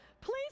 Please